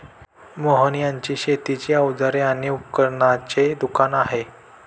मोहन यांचे शेतीची अवजारे आणि उपकरणांचे दुकान आहे